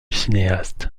cinéaste